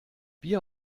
bier